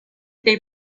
they